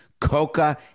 Coca